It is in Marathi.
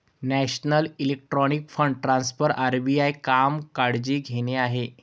national electronic fund transfer RBI काम काळजी घेणे आहे